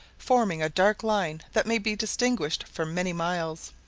forming a dark line that may be distinguished for many miles.